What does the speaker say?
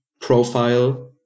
profile